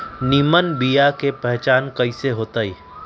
निमन बीया के पहचान कईसे होतई?